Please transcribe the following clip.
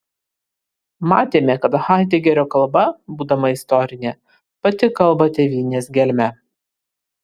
matėme kad haidegerio kalba būdama istorinė pati kalba tėvynės gelme